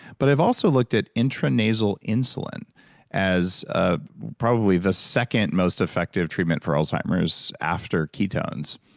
but i've also looked at intra-nasal insulin as ah probably the second most effective treatment for alzheimer's after ketones.